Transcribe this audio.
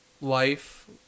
life